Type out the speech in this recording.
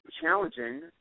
challenging